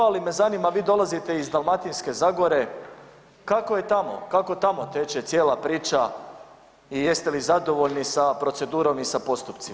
Ali me zanima vi dolazite iz Dalmatinske zagore, kako je tamo, kako tamo teče cijela priča i jeste li zadovoljni sa procedurom i sa postupcima?